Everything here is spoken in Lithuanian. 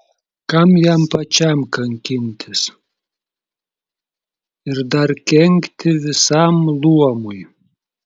kam jam pačiam kankintis ir dar kenkti visam luomui